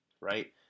right